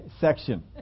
section